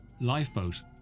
Lifeboat